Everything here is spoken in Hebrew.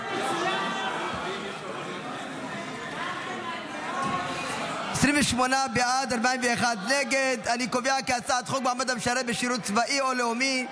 לוועדה את הצעת חוק מעמד המשרת בשירות צבאי או לאומי,